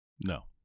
No